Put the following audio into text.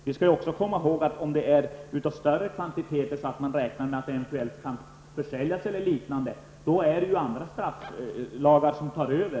Vi skall också komma ihåg att om de i fråga om de större kvantiteter där man kan räkna med en eventuell försäljning eller liknande, tar andra straffbestämmelser över.